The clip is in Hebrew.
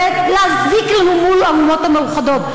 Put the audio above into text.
ולהזיק לנו מול האומות המאוחדות.